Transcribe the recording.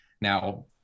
Now